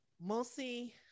Mostly